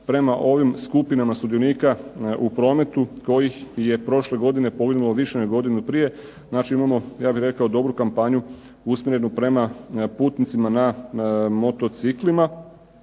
prema ovim skupinama sudionika u prometu kojih je prošle godine poginulo više nego godinu prije, znači imamo ja bih rekao dobru kampanju usmjerenu prema putnicima na motociklima.